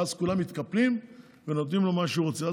ואז כולם מתקפלים ונותנים לו מה שהוא רוצה.